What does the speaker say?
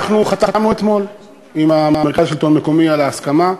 חתמנו אתמול עם מרכז השלטון המקומי על ההסכמה,